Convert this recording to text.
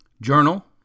Journal